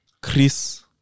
Chris